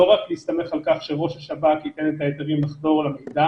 לא רק להסתמך על כך שראש השב"כ ייתן את ההיתרים לחדור למידע,